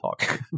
talk